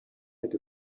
had